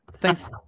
Thanks